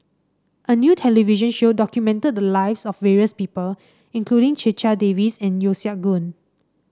a new television show documented the lives of various people including Checha Davies and Yeo Siak Goon